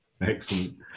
Excellent